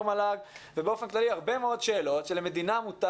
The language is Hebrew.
מל"ג ובאופן כללי הרבה מאוד שאלות שלמדינה מותר